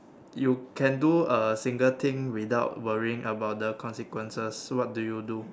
you can do a single thing without worrying about the consequences what do you do